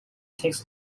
takes